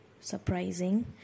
surprising